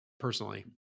Personally